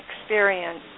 experience